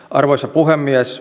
arvoisa puhemies